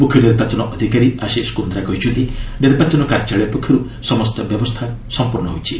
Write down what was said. ମୁଖ୍ୟ ନିର୍ବାଚନ ଅଧିକାରୀ ଆଶିଷ କୁନ୍ଦ୍ରା କହିଛନ୍ତି ନିର୍ବାଚନ କାର୍ଯ୍ୟାଳୟ ପକ୍ଷରୁ ସମସ୍ତ ବ୍ୟବସ୍ଥା ସମ୍ପର୍ଷ୍ଣ ହୋଇଛି